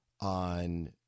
on